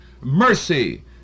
mercy